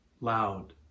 loud